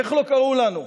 איך לא קראו לנו,